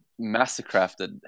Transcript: mastercrafted